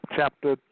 Chapter